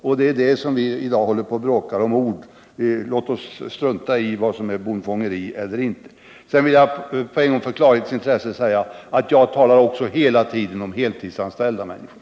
Vi håller i dag på att bråka om ord, men låt oss strunta i vad som är bondfångeri eller inte! Slutligen vill jag i klarhetens intresse säga att även jag hela tiden har talat om heltidsanställda människor.